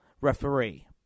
referee